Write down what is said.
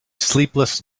sleepless